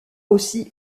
aussi